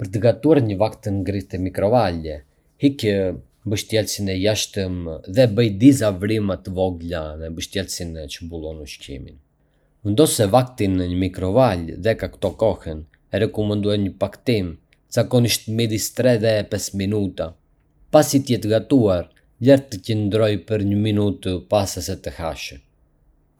Për të gatuar një vakt të ngrirë në mikrovalë, hiq mbështjellësin e jashtëm dhe bëj disa vrima të vogla në mbështjellësin që mbulon ushqimin. Vendose vaktin në mikrovalë dhe cakto kohën e rekomanduar në paketim, zakonisht midis tre dhe pes minuta. Pasi të jetë gatuar, lëre të qëndrojë për një minutë para se ta hash.